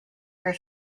for